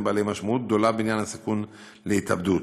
הוא בעל משמעות גדולה בעניין הסיכון של התאבדות.